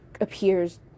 appears